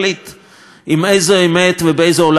לעתיד עם איזו אמת ובאיזה עולם הוא רוצה לחיות,